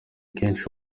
kenshi